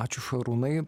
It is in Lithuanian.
ačiū šarūnai